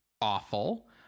awful